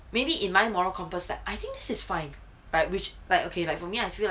maybe in my moral compass that I think this is fine but which like okay like for me I feel like